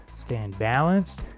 stand balanced